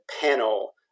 panel